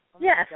Yes